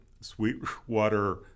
Sweetwater